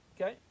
Okay